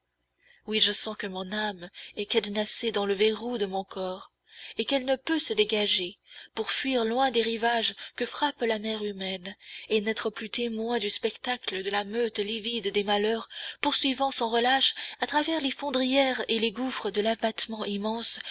oui je sens que mon âme est cadenassée dans le verrou de mon corps et qu'elle ne peut se dégager pour fuir loin des rivages que frappe la mer humaine et n'être plus témoin du spectacle de la meute livide des malheurs poursuivant sans relâche à travers les fondrières et les gouffres de l'abattement immense